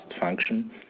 function